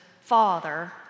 father